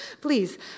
please